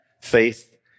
faith